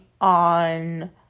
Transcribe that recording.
on